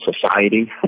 society